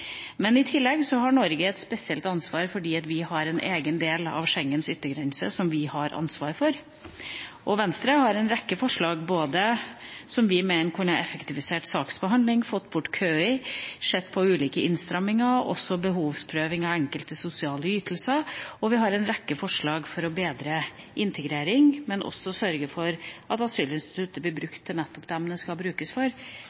I tillegg har Norge et spesielt ansvar, fordi vi har en egen del av Schengens yttergrense som vi har ansvar for. Venstre har en rekke forslag som vi mener kunne effektivisert saksbehandling, fått bort køer, sett på ulike innstramminger og også behovsprøving av enkelte sosiale ytelser. Vi har en rekke forslag for å bedre integrering og å sørge for at asylinstituttet blir brukt for nettopp dem det skal brukes for